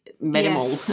minimal